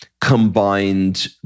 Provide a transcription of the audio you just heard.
combined